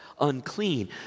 unclean